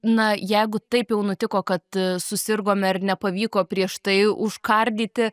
na jeigu taip jau nutiko kad susirgome ar nepavyko prieš tai užkardyti